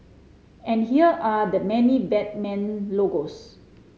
and here are the many Batman logos